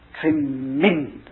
tremendous